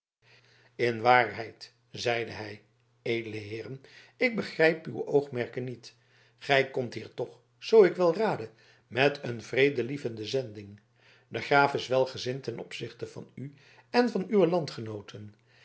in waarheid zeide hij edele heeren ik begrijp uw oogmerken niet gij komt hier toch zoo ik wel rade met een vredelievende zending de graaf is welgezind ten opzichte van u en van uwe landgenooten